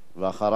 ואחריו,